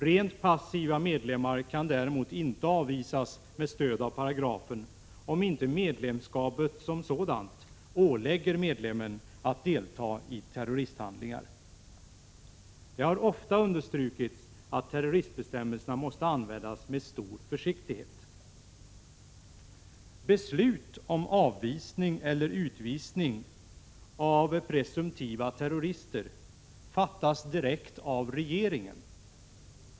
Rent passiva medlemmar kan däremot inte avvisas med stöd av paragrafen, om inte medlemskapet som sådant ålägger medlemmen att delta i terroristhandlingar. Det har ofta understrukits att terroristbestämmelserna måste användas med stor försiktighet. Beslut om avvisning eller utvisning av presumtiva terrorister fattas direkt av regeringen.